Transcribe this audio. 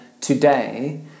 today